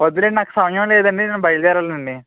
వద్దులేండి నాకు సమయం లేదండీ నేను బయలుదేరాలండీ